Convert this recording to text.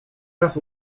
raz